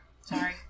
Sorry